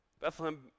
Bethlehem